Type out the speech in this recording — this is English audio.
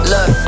Look